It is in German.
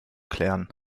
klären